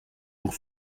pour